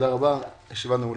הישיבה נעולה.